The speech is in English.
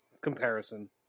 comparison